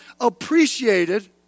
appreciated